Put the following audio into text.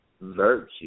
virtue